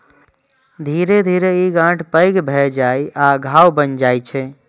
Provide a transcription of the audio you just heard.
धीरे धीरे ई गांठ पैघ भए जाइ आ घाव बनि जाइ छै